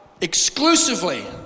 exclusively